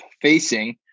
facing